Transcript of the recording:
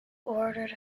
ordered